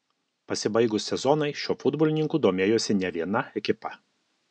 pasibaigus sezonui šiuo futbolininku domėjosi ne viena ekipa